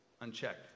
unchecked